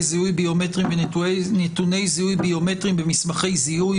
זיהוי ביומטריים ונתוני זיהוי ביומטריים במסמכי זיהוי